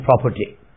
property